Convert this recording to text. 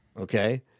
Okay